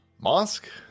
mosque